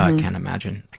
i can't imagine.